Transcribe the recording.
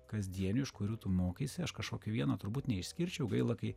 kasdienių iš kurių tu mokaisi aš kažkokį vieną turbūt neišskirčiau gaila kai